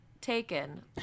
taken